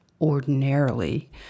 ordinarily